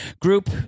group